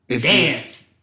dance